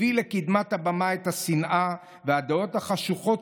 הביא לקדמת הבמה את השנאה והדעות החשוכות,